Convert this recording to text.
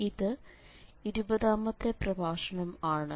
ഇത് 20 ാമത്തെ പ്രഭാഷണം ആണ്